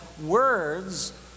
words